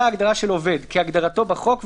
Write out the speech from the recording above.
"עובד" כהגדרתו בחוק,